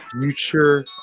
Future